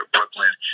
Brooklyn